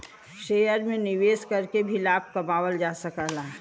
share में निवेश करके भी लाभ कमावल जा सकला